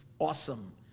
awesome